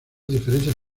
diferencias